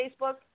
Facebook